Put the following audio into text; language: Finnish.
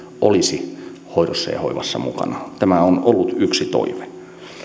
olisi hoidossa ja hoivassa mukana tämä on ollut yksi toive